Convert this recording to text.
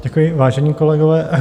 Děkuji, vážení kolegové.